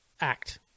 Act